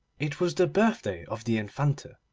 it was the birthday of the infanta.